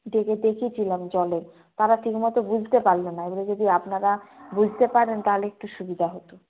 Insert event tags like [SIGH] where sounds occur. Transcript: ডেকে দেখিয়েছিলাম জলের তারা ঠিক মতো বুঝতে পারল না এবারে যদি আপনারা [UNINTELLIGIBLE] বুঝতে [UNINTELLIGIBLE] পারেন তাহলে একটু সুবিধা হতো